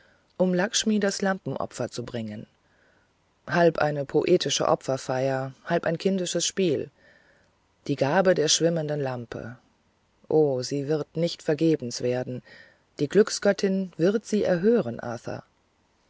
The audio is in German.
um lackshmi das lampenopfer zu bringen halb eine poetische opferfeier halb ein kindisches spiel die gabe der schwimmenden lampe o sie wird nicht vergebens werden die glücksgöttin wird sie erhören